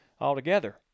altogether